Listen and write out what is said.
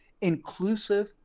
inclusive